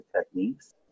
techniques